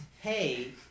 hey